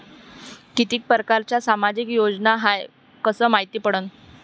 कितीक परकारच्या सामाजिक योजना हाय कस मायती पडन?